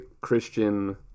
Christian